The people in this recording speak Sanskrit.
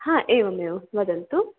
हा एवमेवं वदन्तु